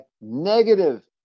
negative